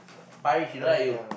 Parish she don't like you